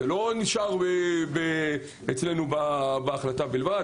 זה לא נשאר אצלנו בלבד.